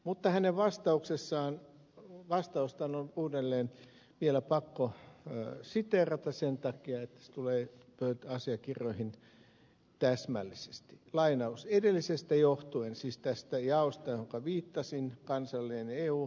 mutta hänen vastaustaan on uudelleen vielä pakko siteerata sen takia että se tulee asiakirjoihin täsmällisesti lainaus edellisestä johtuen siis tästä jaosta on viittasin kansallinen eu